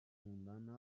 موندن